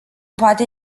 poate